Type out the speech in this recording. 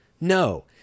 No